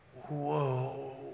Whoa